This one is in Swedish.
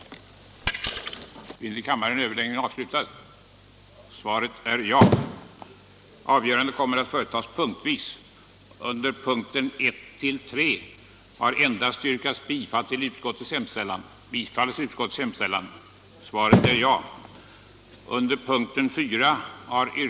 den det ej vill röstar nej. den det ej vill röstar nej.